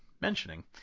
mentioning